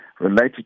related